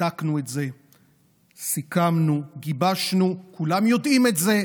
בדקנו את זה, סיכמנו, גיבשנו, כולם יודעים את זה,